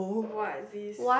what is